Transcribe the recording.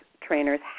trainers